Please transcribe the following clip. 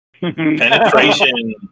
Penetration